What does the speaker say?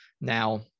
Now